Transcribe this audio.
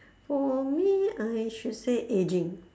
for me I should say ageing